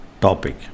topic